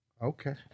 okay